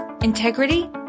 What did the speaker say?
integrity